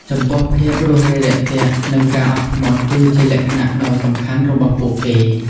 ចំពោះភាពរួសរាយរាក់ទាក់នឹងការអត់ធ្មត់ គឺជាលក្ខណៈដ៏សំខាន់របស់ពួកគេ។